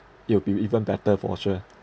it will be even better for sure